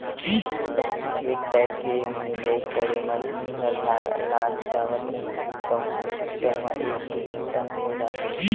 पहिली एक पैर के मिंजई करे म दिन भर लाग जावत रिहिस तउन ह टेक्टर म एक दू घंटा म हो जाथे